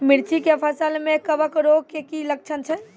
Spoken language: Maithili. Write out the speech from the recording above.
मिर्ची के फसल मे कवक रोग के की लक्छण छै?